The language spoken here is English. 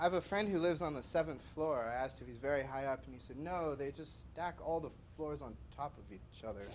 have a friend who lives on the seventh floor asked if he's very high up and he said no they just back all the floors on top of each other